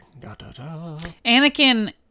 Anakin